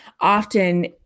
Often